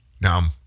Now